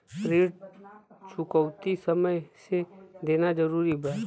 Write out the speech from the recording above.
ऋण चुकौती समय से देना जरूरी बा?